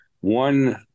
one